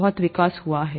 बहुत विकास हुआ है